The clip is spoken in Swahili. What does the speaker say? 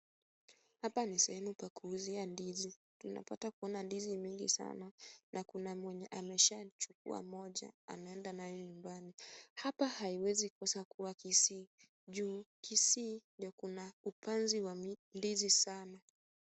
Hapa ni sehemu pa kuuzia ndizi. Tunapata kuona ndizi mingi sana na kuna mwenye ameshachukua moja ameenda nayo nyumbani. Hapa haiwezi kosa kuwa Kisii , juu Kisii ndio kuna upanzi wa ndizi sana.